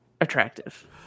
attractive